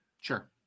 Sure